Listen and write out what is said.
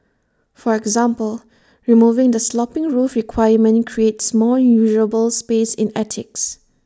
for example removing the sloping roof requirement creates more usable space in attics